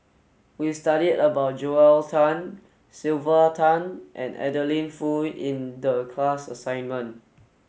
we studied about Joel Tan Sylvia Tan and Adeline Foo in the class assignment